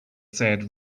sad